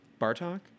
Bartok